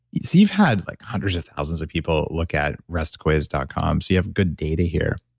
you've had like hundreds of thousands of people look at restquiz dot com, so you have good data here.